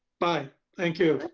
bye. thank you.